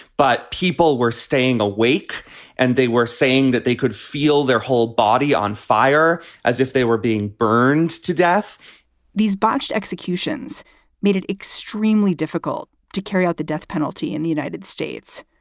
but people were staying awake and they were saying that they could feel their whole body on fire as if they were being burned to death these botched executions made it extremely difficult to carry out the death penalty in the united states.